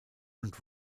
und